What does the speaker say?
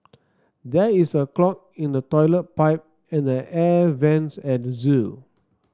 there is a clog in the toilet pipe and the air vents at the zoo